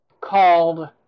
called